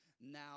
Now